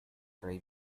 rey